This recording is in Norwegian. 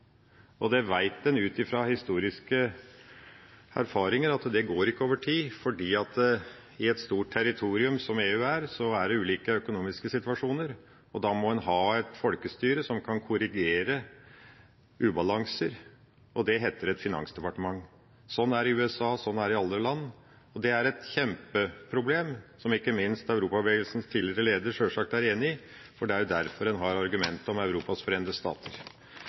Det vet en ut fra historiske erfaringer ikke går over tid, for i et stort territorium, som EU er, er det ulike økonomiske situasjoner, og da må en ha et folkestyre som kan korrigere ubalanser. Det heter et finansdepartement. Sånn er det i USA, sånn er det i alle land. Det er et kjempeproblem, som ikke minst Europabevegelsens tidligere leder sjølsagt er enig i, for det er jo derfor en har argumentet om Europas